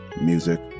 music